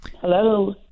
hello